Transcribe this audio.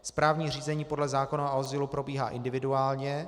Správní řízení podle zákona o azylu probíhá individuálně.